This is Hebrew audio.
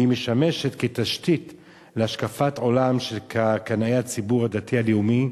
והיא משמשת כתשתית להשקפת עולם של קנאי הציבור הדתי-לאומי.